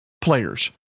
Players